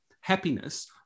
happiness